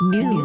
New